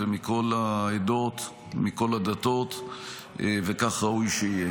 אדוני השר.